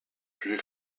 puis